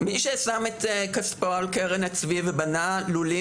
מי ששם את כספו על קרן הצבי ובנה לולים